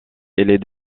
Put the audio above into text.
est